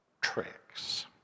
tricks